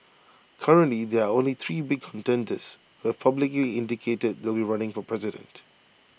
currently there are only three big contenders who've publicly indicated that they'll be running for president